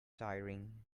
tiring